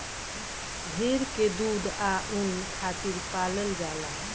भेड़ के दूध आ ऊन खातिर पलाल जाला